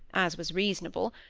as was reasonable,